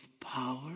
power